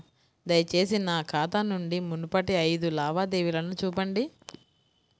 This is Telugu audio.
దయచేసి నా ఖాతా నుండి మునుపటి ఐదు లావాదేవీలను చూపండి